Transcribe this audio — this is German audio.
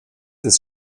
des